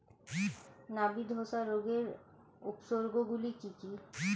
নাবি ধসা রোগের উপসর্গগুলি কি কি?